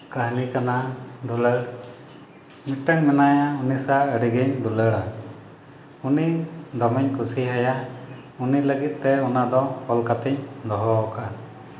ᱠᱟᱹᱦᱱᱤ ᱠᱟᱱᱟ ᱫᱩᱞᱟᱹᱲ ᱢᱤᱫᱴᱟᱹᱱ ᱢᱮᱱᱟᱭᱟ ᱩᱱᱤ ᱥᱟᱶ ᱟᱹᱰᱤ ᱜᱮᱧ ᱫᱩᱞᱟᱹᱲᱟ ᱩᱱᱤ ᱫᱚᱢᱮᱧ ᱠᱩᱥᱤ ᱟᱭᱟ ᱩᱱᱤ ᱞᱟᱹᱜᱤᱫᱛᱮ ᱚᱱᱟ ᱫᱚ ᱚᱞ ᱠᱟᱛᱮᱧ ᱫᱚᱦᱚ ᱠᱟᱜᱼᱟ